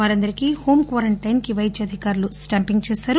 వారందరికీ home quarantine కి వైద్య అధికారులు స్టాంపింగ్ చేశారు